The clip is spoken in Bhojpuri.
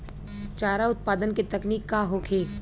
चारा उत्पादन के तकनीक का होखे?